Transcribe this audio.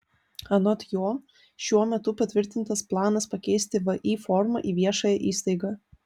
anot jo šiuo metu patvirtintas planas pakeisti vį formą į viešąją įstaigą